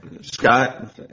Scott